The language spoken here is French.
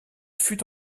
fut